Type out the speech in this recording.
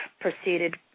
proceeded